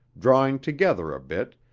drawing together a bit,